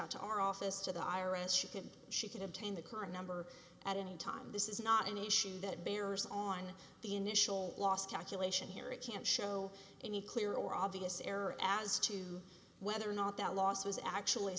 out to our office to the i r s she can she can obtain the current number at any time this is not an issue that bears on the initial loss calculation here it can't show any clear or obvious error as to whether or not that loss was actually